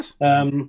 yes